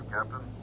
Captain